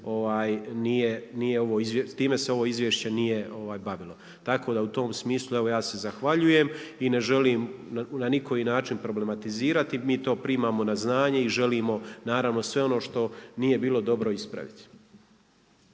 time se ovo Izvješće nije bavilo. Tako da u tom smislu evo ja se zahvaljujem i ne želim ni na koji način problematizirati. Mi to primamo na znanje i želimo naravno sve ono što nije bilo dobro ispraviti.